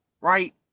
right